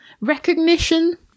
recognition